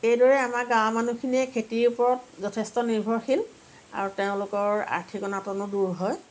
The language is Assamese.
এইদৰে আমাৰ গাঁৱৰ মানুহ খিনি খেতিৰ ওপৰত যথেষ্ট নিৰ্ভৰশীল আৰু তেওঁলোকৰ আৰ্থিক অনাটনো দূৰ হয়